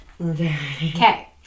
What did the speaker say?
Okay